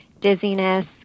dizziness